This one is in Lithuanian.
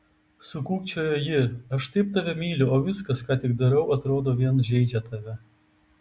sukūkčiojo ji aš taip tave myliu o viskas ką tik darau atrodo vien žeidžia tave